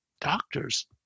doctors